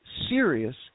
serious